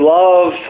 love